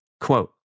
quote